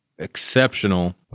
exceptional